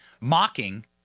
mocking